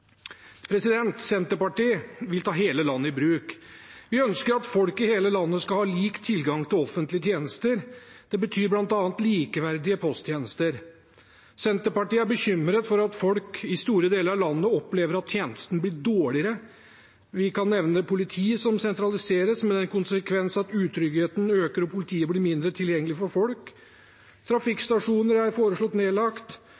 Senterpartiet vil ta hele landet i bruk. Vi ønsker at folk i hele landet skal ha lik tilgang til offentlige tjenester. Det betyr bl.a. likeverdige posttjenester. Senterpartiet er bekymret for at folk i store deler av landet opplever at tjenestene blir dårligere. Vi kan nevne politi som sentraliseres, med den konsekvens at utryggheten øker og politiet blir mindre tilgjengelig for folk.